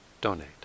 donate